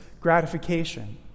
gratification